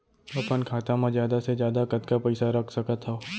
अपन खाता मा जादा से जादा कतका पइसा रख सकत हव?